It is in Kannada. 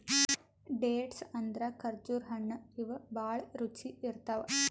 ಡೇಟ್ಸ್ ಅಂದ್ರ ಖರ್ಜುರ್ ಹಣ್ಣ್ ಇವ್ ಭಾಳ್ ರುಚಿ ಇರ್ತವ್